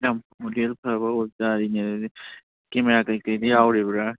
ꯌꯥꯝ ꯃꯣꯗꯦꯜ ꯐꯕ ꯑꯣꯏꯕ ꯇꯥꯔꯤꯅꯦ ꯑꯗꯨꯗꯤ ꯀꯦꯃꯦꯔꯥ ꯀꯔꯤ ꯀꯔꯤꯗꯤ ꯌꯥꯎꯔꯤꯕ꯭ꯔꯥ